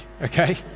okay